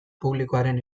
publikoaren